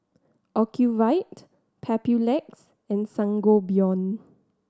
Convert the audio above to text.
Ocuvite Papulex and Sangobion